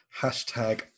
hashtag